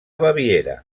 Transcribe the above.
baviera